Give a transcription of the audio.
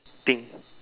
pink